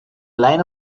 line